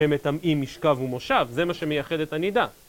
הם מטמאים משכב ומושב, זה מה שמייחד את הנידה